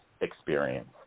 experience